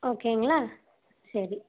ஓகேங்களா சரி